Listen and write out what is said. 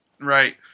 Right